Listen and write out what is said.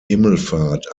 himmelfahrt